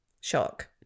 shock